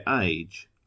age